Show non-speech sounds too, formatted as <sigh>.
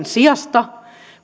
<unintelligible> sijasta